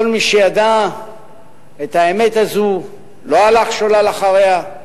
כל מי שידע את האמת הזאת לא הלך שולל אחריה.